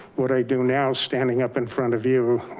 what i do now, standing up in front of you,